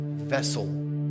vessel